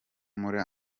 muri